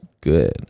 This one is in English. good